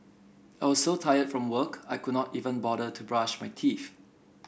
I was so tired from work I could not even bother to brush my teeth